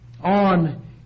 on